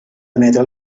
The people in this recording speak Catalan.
emetre